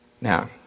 Now